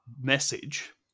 message